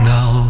Now